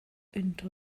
into